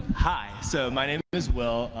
hi, so my name is will.